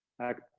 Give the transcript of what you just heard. act